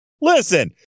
Listen